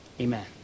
Amen